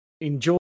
enjoy